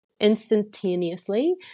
instantaneously